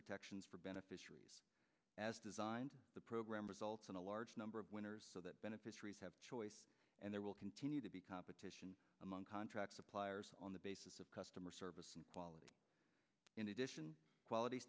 protections for beneficiaries as designed the program results in a large number of winners so that beneficiaries have a choice and there will continue to be competition among contract suppliers on the basis of customer service and quality in addition qualit